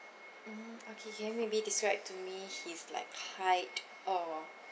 mm okay can you maybe describe to me his like height or